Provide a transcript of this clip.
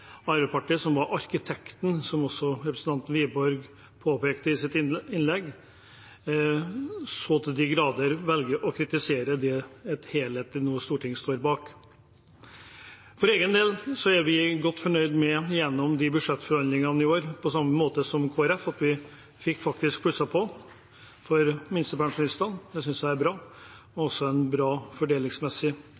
Arbeiderpartiet, som var arkitekten – som også representanten Wiborg påpekte i sitt innlegg – så til de grader velger å kritisere det et helhetlig storting nå står bak. For egen del er vi godt fornøyd med at vi gjennom budsjettforhandlingene i år – på samme måte som Kristelig Folkeparti – fikk plusset på for minstepensjonistene. Det synes jeg er bra. Det er også fordelingsmessig en bra